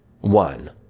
one